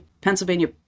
Pennsylvania